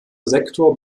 sektor